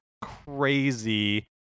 crazy